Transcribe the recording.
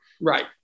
Right